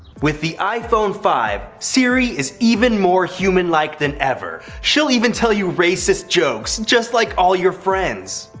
with the iphone five, siri is even more human-like than ever. she'll even tell you racist jokes just like all your friends.